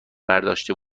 برداشته